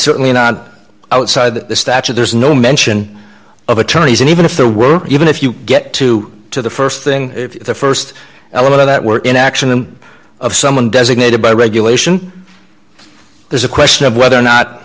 certainly not outside the statute there's no mention of attorneys and even if there were even if you get to to the st thing if the st element that were in action of someone designated by regulation there's a question of whether or not